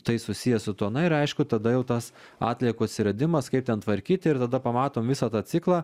tai susiję su tuo na ir aišku tada jau tas atliekų atsiradimas kaip ten tvarkyti ir tada pamatom visą tą ciklą